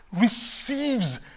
receives